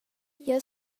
jeu